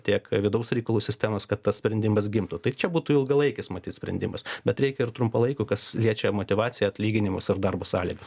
tiek vidaus reikalų sistemos kad tas sprendimas gimtų tai čia būtų ilgalaikis matyt sprendimas bet reikia ir trumpalaikių kas liečia motyvaciją atlyginimus ir darbo sąlygas